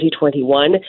2021